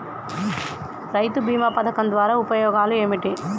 రైతు బీమా పథకం ద్వారా ఉపయోగాలు ఏమిటి?